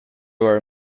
were